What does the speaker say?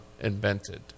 invented